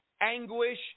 anguish